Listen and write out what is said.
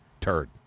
Turd